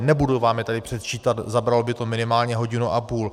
Nebudu vám je tady předčítat, zabralo by to minimálně hodinu a půl.